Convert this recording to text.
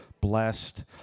blessed